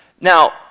now